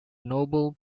noble